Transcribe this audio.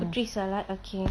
putri salat okay